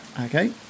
Okay